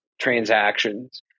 transactions